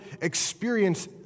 experience